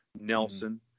Nelson